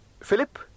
Philip